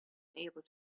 able